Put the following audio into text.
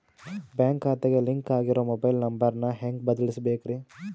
Bank ಖಾತೆಗೆ link ಆಗಿರೋ mobile number ನ ಹೆಂಗ್ ಬದಲಿಸಬೇಕ್ರಿ?